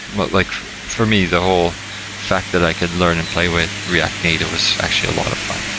but like for me, the whole fact that i could learn and play with react native was actually a lot of fun.